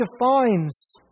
defines